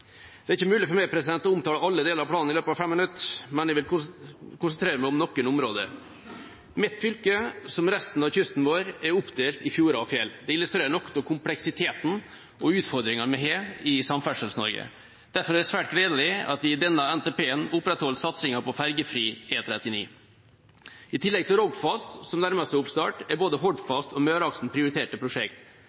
Det er ikke mulig for meg å omtale alle deler av planen i løpet av fem minutter, så jeg vil konsentrere meg om noen områder. Mitt fylke, som resten av kysten vår, er oppdelt i fjorder og fjell. Det illustrerer noe av kompleksiteten og utfordringene vi har i Samferdsels-Norge. Derfor er det svært gledelig at vi i denne NTP-en opprettholder satsingen på ferjefri E39. I tillegg til Rogfast, som nærmer seg oppstart, er både Hordfast og Møreaksen prioriterte prosjekt.